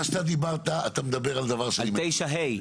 מה שאתה אמרת, אתה מדבר על דבר --- על 9(ה).